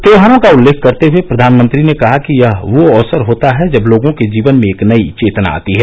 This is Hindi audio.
त्योहारों का उल्लेख करते हुए प्रधानमंत्री ने कहा कि यह वो अवसर होता है जब लोगों के जीवन में नई चेतना आती है